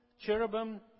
cherubim